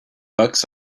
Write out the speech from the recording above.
bucks